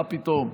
מה פתאום.